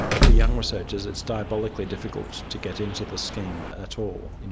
for young researchers, it's diabolically difficult to get into the scheme at all. you know